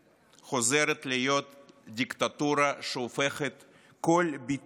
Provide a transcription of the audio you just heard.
חוזרת להיות דיקטטורה שהופכת כל ביטוי של